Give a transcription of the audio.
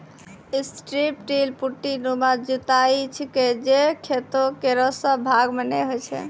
strip till पट्टीनुमा जुताई छिकै जे खेतो केरो सब भाग म नै होय छै